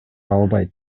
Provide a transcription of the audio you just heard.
албайт